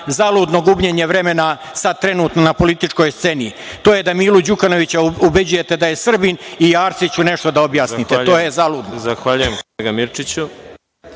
zaludno gubljenje vremena sad trenutno na političkoj sceni, to je da Mila Đukanovića ubeđujete da je Srbin i Arsiću nešto da objasnite. To je zaludno.